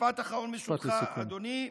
משפט אחרון, ברשותך, אדוני.